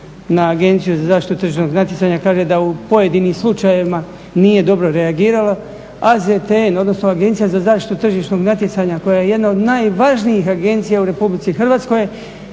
na Agenciju za zaštitu tržišnog natjecanja kaže da u pojedinim slučajevima nije dobro reagirala AZTN odnosno Agencija za zaštitu tržišnog natjecanja koja je jedna od najvažnijih agencija u RH je